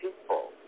people